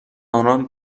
آنان